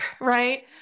Right